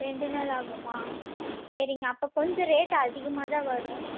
ரெண்டு நாள் ஆகுமா சரிங்க அப்போ கொஞ்சம் ரேட்டு அதிகமாகதான் வரும்